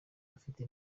bafite